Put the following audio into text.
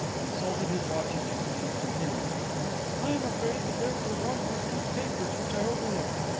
consulted his watch again, and continued i am afraid that there were one or two papers which i overlooked.